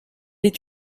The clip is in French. est